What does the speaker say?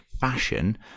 fashion